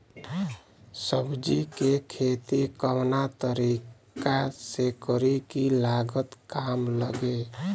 सब्जी के खेती कवना तरीका से करी की लागत काम लगे?